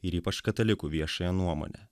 ir ypač katalikų viešąją nuomonę